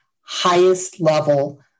highest-level